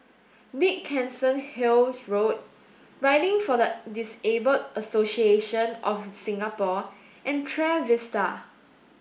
Dickenson Hill Road Riding for the Disabled Association of Singapore and Trevista